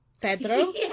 pedro